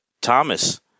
Thomas